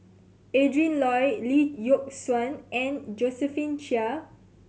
Adrin Loi Lee Yock Suan and Josephine Chia